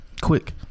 quick